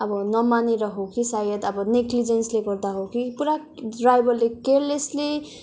अब नमानेर हो कि सायद अब नेकलिजेन्सले गर्दा हो कि पुरा ड्राइभरले केयरलेसली